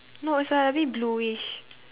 no is like a bit blueish